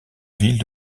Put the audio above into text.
ville